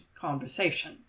conversation